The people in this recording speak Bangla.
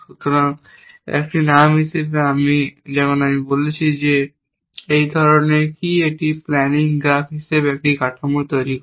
সুতরাং একটি নাম হিসাবে আমি যেমন আমি বলেছি এই ধরনের কি এটি একটি প্ল্যানিং গ্রাফ নামে একটি কাঠামো তৈরি করে